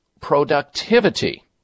productivity